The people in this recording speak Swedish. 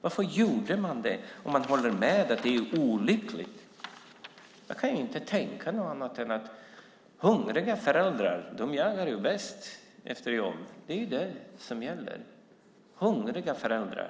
Varför gjorde man det om man håller med om att det är olyckligt? Jag kan inte tänka att det var av något annat skäl än att hungriga föräldrar jagar bäst efter jobb. Hungriga föräldrar är det som gäller.